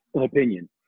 opinion